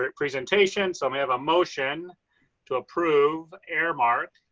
um presentation. so i may have a motion to approve airmark